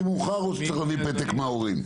מאוחר או שצריך להביא פתק מההורים?